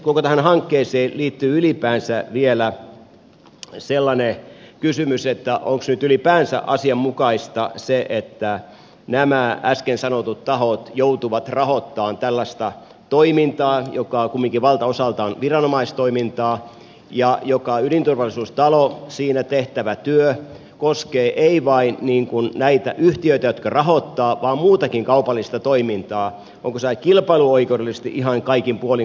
koko tähän hankkeeseen liittyy ylipäänsä vielä sellainen kysymys onko nyt ylipäänsä asianmukaista se että nämä äsken sanotut tahot joutuvat rahoittamaan tällaista toimintaa joka kumminkin valtaosaltaan on viranomaistoimintaa ja kun ydinturvallisuustalossa tehtävä työ koskee ei vain näitä yhtiöitä jotka rahoittavat vaan muutakin kaupallista toimintaa onko se kilpailuoikeudellisesti ihan kaikin puolin kohdallaan